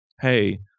hey